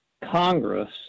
congress